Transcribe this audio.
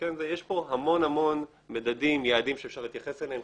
יש המון-המון מדדים, יעדים שאפשר להתייחס אליהם.